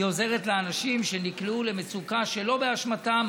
היא עוזרת לאנשים שנקלעו למצוקה שלא באשמתם,